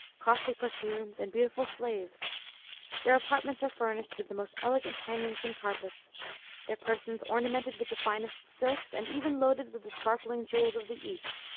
costly perfumes, and beautiful slaves their apartments are furnished with the most elegant hangings and carpets their persons ornamented with the finest silks, and even loaded with the sparkling jewels of the east.